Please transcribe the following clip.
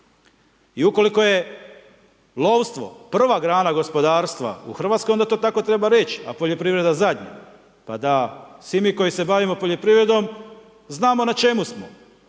I ukoliko je lovstvo prva grana gospodarstva u Hrvatskoj, onda to treba tako reć, a poljoprivreda zadnja , pa da svi mi koji se bavimo poljoprivredom, znamo na čemu smo